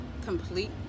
complete